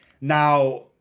Now